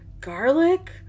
garlic